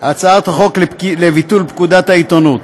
הצעת חוק לביטול פקודת העיתונות.